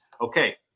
Okay